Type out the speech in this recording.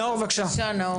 בבקשה.